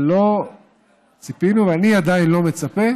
אבל לא ציפינו, ואני עדיין לא מצפה